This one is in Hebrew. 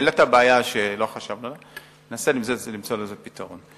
העלית בעיה שלא חשבנו עליה וננסה למצוא לזה פתרון.